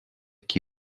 qui